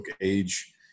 age